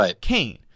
Kane